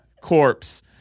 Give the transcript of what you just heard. Corpse